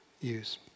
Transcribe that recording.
use